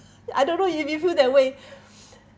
I don't know if you feel that way